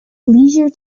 leisure